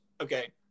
okay